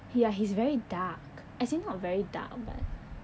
ya he's very dark as in not very dark but